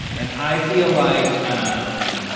and i feel like um